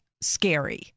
Scary